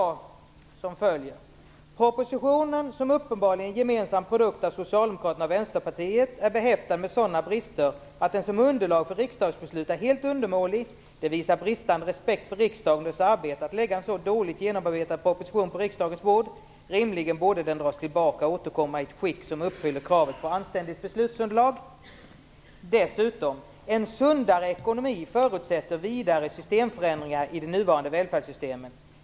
Man sade som följer: "Propositionen, som uppenbarligen är en gemensam produkt av socialdemokraterna och vänsterpartiet, är behäftad med sådana brister att den som underlag för riksdagsbeslut är helt undermålig. Det visar bristande respekt för riksdagen och dess arbete att lägga en så dåligt genomarbetad proposition på riksdagens bord. Rimligen borde den dras tillbaka och återkomma i ett skick som uppfyller kravet på ett anständigt beslutsunderlag." Dessutom står: "En sundare ekonomi förutsätter vidare systemförändringar i de nuvarande välfärdssystemen.